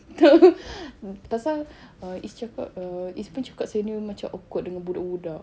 tak lah pasal ah izz cakap izz pun cakap saya ni macam awkward dengan budak-budak